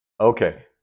Okay